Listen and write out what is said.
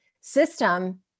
system